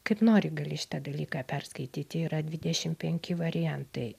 kaip nori gali šitą dalyką perskaityti yra dvidešim penki variantai